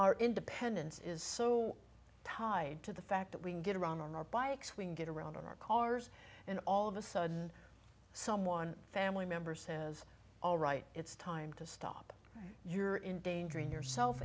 our independence is so tied to the fact that we can get around on our bikes we can get around our cars and all of a sudden someone family member says all right it's time to stop you're in danger in yourself